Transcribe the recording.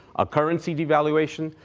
a currency devaluation,